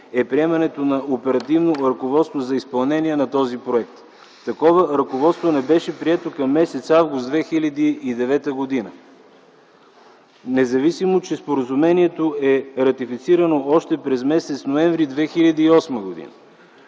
е приемането на Оперативно ръководство за изпълнение на този проект. Такова ръководство не беше прието към м. август 2009 г., независимо, че споразумението е ратифицирано още през м. ноември 2008 г.